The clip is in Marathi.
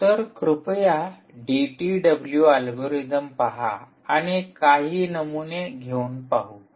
तर कृपया डीटीडब्ल्यू अल्गोरिदम पहा आणि काही नमुने घेऊन पाहू